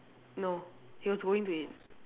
no he was going to eat